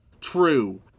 true